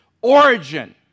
origin